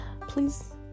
please